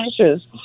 ashes